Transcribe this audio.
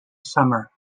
summer